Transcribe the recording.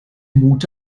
mut